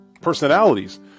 personalities